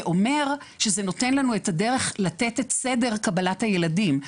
זה אומר שזה נותן לנו את הדרך לתת את סדר קבלת הילדים,